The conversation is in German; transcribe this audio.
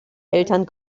eltern